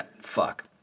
Fuck